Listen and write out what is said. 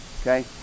okay